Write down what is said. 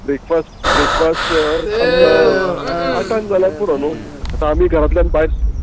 breakfast breakfast आमकां आठांक जाल्यार पुरो न्हू आतां आमी घरांतल्यान भायर